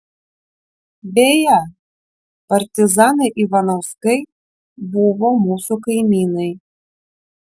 beje partizanai ivanauskai buvo mūsų kaimynai